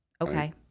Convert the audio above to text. okay